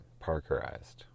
parkerized